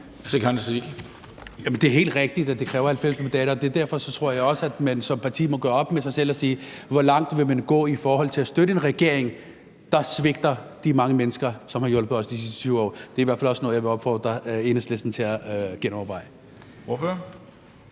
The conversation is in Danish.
det er helt rigtigt, at det kræver 90 mandater, og derfor tror jeg også, at man som parti må gøre op med sig selv, hvor langt man vil gå i forhold til at støtte en regering, der svigter de mange mennesker, som har hjulpet os de sidste 20 år. Det er i hvert fald også noget, jeg vil opfordre Enhedslisten til at genoverveje.